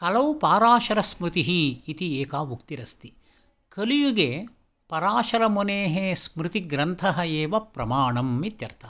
कलौ पाराशरस्मृतिः इति एका उक्तिरस्ति कलियुगे पराशरमुनेः स्मृतिग्रन्थः एव प्रमाणम् इत्यर्थः